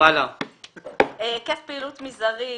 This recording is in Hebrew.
היקף פעילות מזערי.